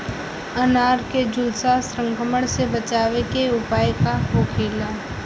अनार के झुलसा संक्रमण से बचावे के उपाय का होखेला?